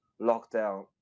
lockdown